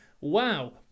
Wow